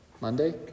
Monday